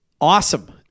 awesome